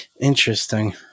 Interesting